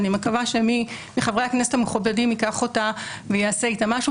אני מקווה שמי מחברי הכנסת המכובדים ייקח אותה ויעשה איתה משהו,